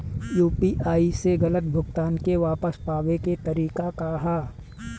UPI से गलत भुगतान के वापस पाये के तरीका का ह?